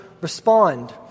respond